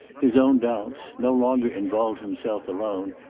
his own doubts, no longer involved himself alone,